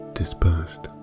dispersed